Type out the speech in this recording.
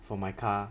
for my car